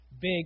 big